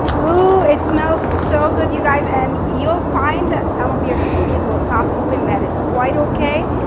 ooh, it smells so good, you guys. and you'll find that some of your chickpeas will pop open, that is quite okay.